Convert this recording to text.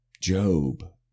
Job